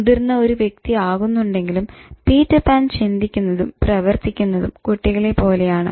മുതിർന്ന ഒരു വ്യക്തി ആകുന്നുണ്ടെങ്കിലും പീറ്റർ പാൻ ചിന്തിക്കുന്നതും പ്രവർത്തിക്കുന്നതും കുട്ടികളെ പോലെയാണ്